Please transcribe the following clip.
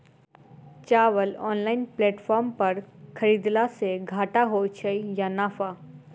चावल online platform पर खरीदलासे घाटा होइ छै या नफा?